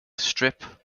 strip